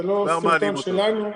זה לא סרטון שלנו.